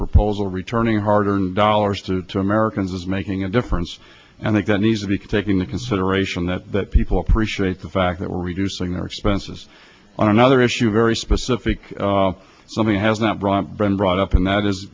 proposal returning hard earned dollars to two americans is making a difference and that that needs to be taking the consideration that that people appreciate the fact that we're reducing their expenses on another issue very specific something has not brought been brought up and that